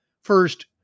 First